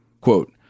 quote